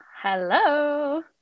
Hello